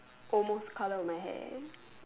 almost colour of my hair